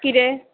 किदें